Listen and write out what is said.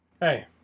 Hey